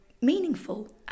meaningful